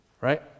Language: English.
right